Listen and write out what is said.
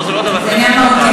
פה זה לא דבר קטן, זה עניין מהותי.